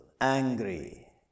angry